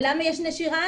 ולמה יש נשירה?